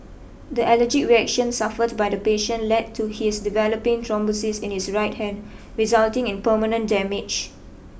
the allergic reaction suffered by the patient led to his developing thrombosis in his right hand resulting in permanent damage